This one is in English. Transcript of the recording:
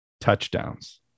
touchdowns